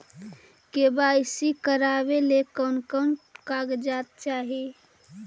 KYC करावे ले कोन कोन कागजात चाही?